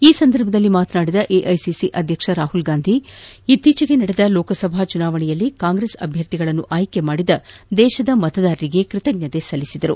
ಈ ಸಂದರ್ಭದಲ್ಲಿ ಮಾತನಾಡಿದ ಎಐಸಿಸಿ ಅಧ್ಯಕ್ಷ ರಾಹುಲ್ ಗಾಂಧಿ ಇತ್ತೀಚೆಗೆ ನಡೆದ ಲೋಕಸಭಾ ಚುನಾವಣೆಯಲ್ಲಿ ಕಾಂಗ್ರೆಸ್ ಅಭ್ಯರ್ಥಿಗಳನ್ನು ಆಯ್ಲಿ ಮಾಡಿದ ದೇಶದ ಮತದಾರರಿಗೆ ಕೃತಜ್ಞತೆ ಸಲ್ಲಿಸಿದರು